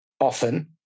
Often